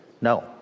No